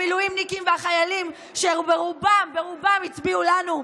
המילואימניקים והחיילים, שברובם הצביעו לנו?